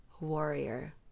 warrior